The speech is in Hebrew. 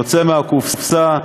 יוצא מהקופסה,